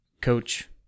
Coach